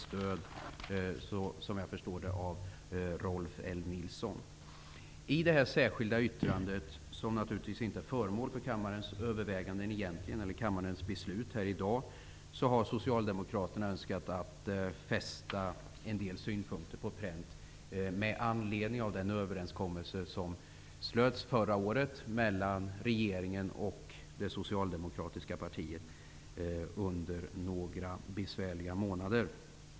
Såvitt jag förstår har den stöd av Rolf L Nilson. I detta särskilda yttrande, som naturligtvis inte är föremål för kammarens överväganden och beslut nu, har socialdemokraterna önskat fästa en del synpunkter på pränt med anledning av den överenskommelse som under några besvärliga månader förra året slöts mellan regeringen och det socialdemokratiska partiet.